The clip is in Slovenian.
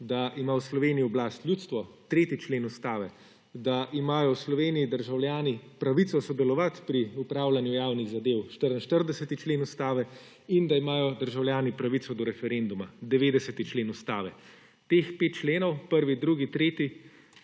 da ima v Sloveniji oblast ljudstvo – 3. člen Ustave; da imajo v Sloveniji državljani pravico sodelovati pri upravljanju javnih zadev – 44. člen Ustave; da imajo državljani pravico do referenduma – 90. člen Ustave. Teh pet členov, 1., 2., 3.,